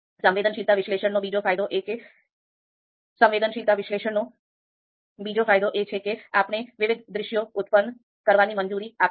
સંવેદનશીલતા વિશ્લેષણનો બીજો ફાયદો એ છે કે તે આપણે વિવિધ દૃશ્યો ઉત્પન્ન કરવાની મંજૂરી આપે છે